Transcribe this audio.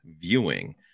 viewing